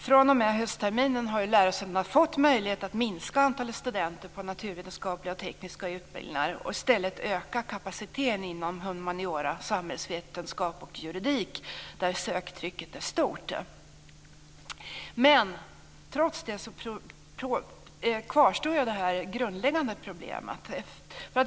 fr.o.m. höstterminen har man ju fått möjlighet att minska antalet studenter på naturvetenskapliga och tekniska utbildningar och i stället öka kapaciteten inom humaniora, samhällsvetenskap och juridik där söktrycket är stort. Men trots det kvarstår det grundläggande problemet.